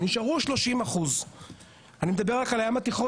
נשארו 30%. אני מדבר רק על הים התיכון,